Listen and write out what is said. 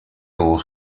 aux